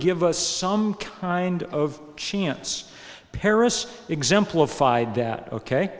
give us some kind of chance paris exemplified that ok